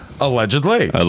Allegedly